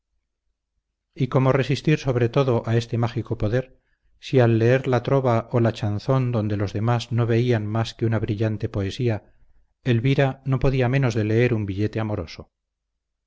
y cómo resistir sobre todo a este mágico poder si al leer la trova o la chanzón donde los demás no veían más que una brillante poesía elvira no podía menos de leer un billete amoroso